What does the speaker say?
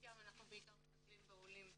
בבת-ים אנחנו מטפלים בעיקר בעולים מאוקראינה.